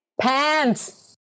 Pants